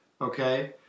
okay